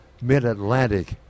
mid-Atlantic